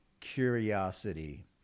curiosity